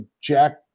Jack